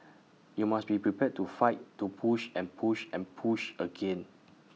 you must be prepared to fight to push and push and push again